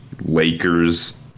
Lakers